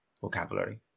vocabulary